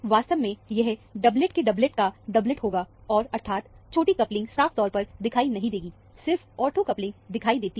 वास्तव में यह डबलेट के डबलेट का डबलेट होगा और अर्थात छोटी कपलिंग साफ तौर पर दिखाई नहीं देगी सिर्फ ऑर्थो कपलिंग दिखाई देती है